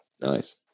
Nice